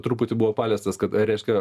truputį buvo paliestas kad reiškia